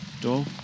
door